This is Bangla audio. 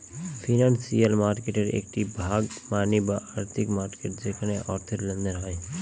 ফিনান্সিয়াল মার্কেটের একটি ভাগ মানি বা আর্থিক মার্কেট যেখানে অর্থের লেনদেন হয়